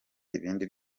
ibindi